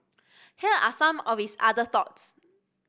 here are some of his other thoughts